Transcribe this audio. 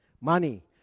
money